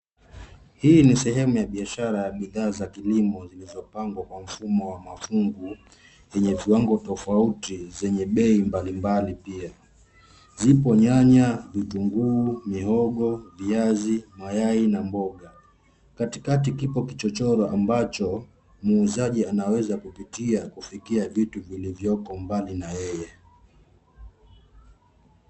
Hii ni sehemu ya biashara ya bidhaa za kilimo zilizopangwa kwa mfumo wa mafungu yenye viwango tofauti zenye bei mbalimbali pia. Zipo nyanya, vitunguu, mihogo, viazi, mayai na mboga. Katikati kipo kichochoro ambacho muuzaji anaweza kupitia kufikia vitu vilivyoko umbali na yeye.